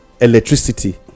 electricity